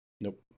Nope